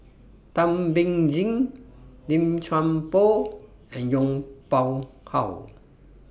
Thum Ping Tjin Lim Chuan Poh and Yong Pung How